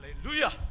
Hallelujah